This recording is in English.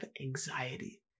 anxiety